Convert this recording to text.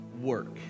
work